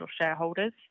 shareholders